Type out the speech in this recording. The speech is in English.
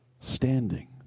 standing